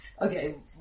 Okay